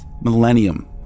millennium